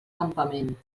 campament